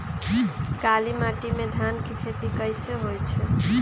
काली माटी में धान के खेती कईसे होइ छइ?